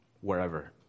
wherever